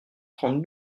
trente